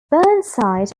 burnside